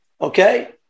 Okay